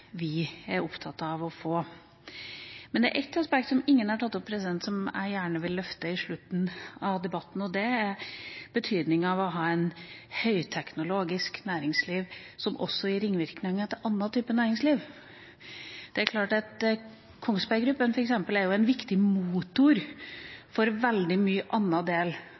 vi er opptatt av å få. Men det er ett aspekt som ingen har tatt opp, som jeg gjerne vil løfte fram i slutten av debatten, og det er betydningen av å ha et høyteknologisk næringsliv som også gir ringvirkninger til andre typer næringsliv. Kongsberg Gruppen, f.eks., er en viktig motor for veldig mange andre deler av norsk industri og norsk næringsliv. Det er klart at veldig mye